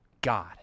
God